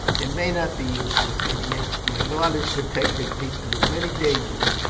it may not be useless, ennia. my god has protected me through many dangers,